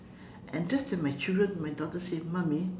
and that's when my children my daughter said mummy